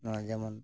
ᱱᱚᱣᱟ ᱡᱮᱢᱚᱱ